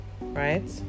right